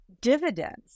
dividends